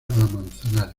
manzanares